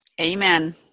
amen